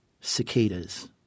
cicadas